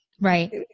Right